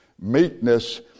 meekness